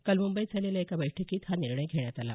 काल मुंबईत झालेल्या एका बैठकीत हा निर्णय घेण्यात आला